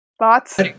thoughts